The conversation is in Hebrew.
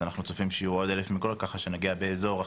אנחנו צופים שיהיו עוד כ-1,000 מלגות ואנחנו צופים שנגיע לאזור של